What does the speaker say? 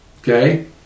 okay